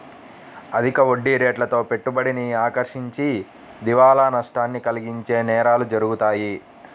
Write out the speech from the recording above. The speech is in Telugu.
అధిక వడ్డీరేట్లతో పెట్టుబడిని ఆకర్షించి దివాలా నష్టాన్ని కలిగించే నేరాలు జరుగుతాయి